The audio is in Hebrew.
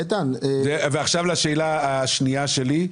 עכשיו לשאלה השנייה שלי.